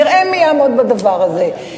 נראה מי יעמוד בדבר הזה.